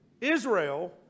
Israel